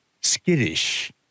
skittish